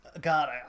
God